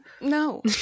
no